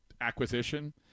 acquisition